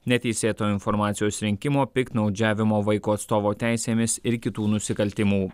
neteisėto informacijos rinkimo piktnaudžiavimo vaiko atstovo teisėmis ir kitų nusikaltimų